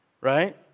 Right